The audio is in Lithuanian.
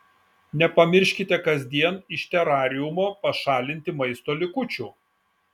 nepamirškite kasdien iš terariumo pašalinti maisto likučių